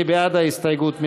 מי בעד ההסתייגות?